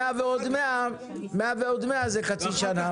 מאה ועוד מאה זה חצי שנה.